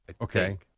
Okay